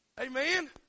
Amen